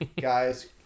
Guys